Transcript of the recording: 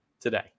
today